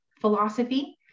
philosophy